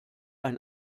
ein